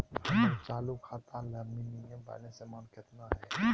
हमर चालू खाता ला मिनिमम बैलेंस अमाउंट केतना हइ?